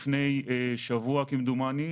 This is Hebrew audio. לפני שבוע כמדומני,